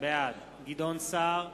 בעד גדעון סער,